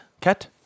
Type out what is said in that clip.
Cat